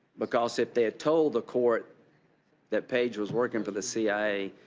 because if they had told the court that page was working for the c i a,